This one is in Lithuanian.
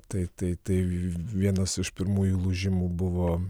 tai tai tai vienas iš pirmųjų lūžimų buvo